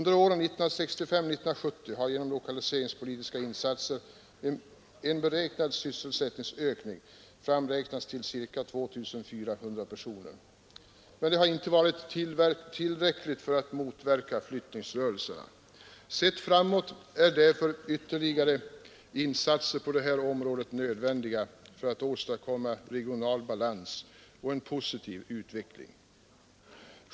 Den ökning av antalet sysselsatta som skett under åren 1965-1970 till följd av lokaliseringspolitiska insatser har beräknats till ca 2 400 personer. Men detta har inte varit tillräckligt för att motverka flyttningsrörelserna. Sett framåt är därför ytterligare insatser på det här området nödvändiga för att åstadkomma regional balans och en positiv utveckling.